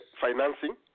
financing